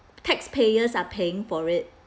taxpayers are paying for it